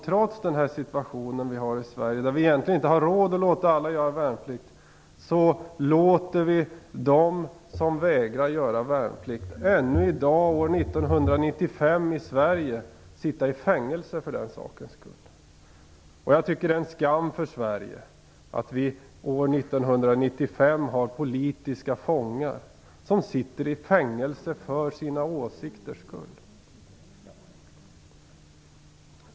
Trots situationen i Sverige där vi egentligen inte har råd att låta alla göra värnplikt, låter vi dem som vägrar göra värnplikt sitta i fängelse för den sakens skull. Detta sker fortfarande i dag, år 1995, i Sverige. Jag tycker att det är en skam för Sverige att vi år 1995 har politiska fångar som sitter i fängelse för sina åsikters skull.